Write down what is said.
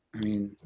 i mean,